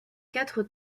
quatre